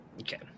Okay